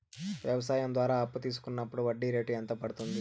వ్యవసాయం ద్వారా అప్పు తీసుకున్నప్పుడు వడ్డీ రేటు ఎంత పడ్తుంది